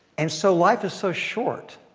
and so life is so short,